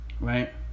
Right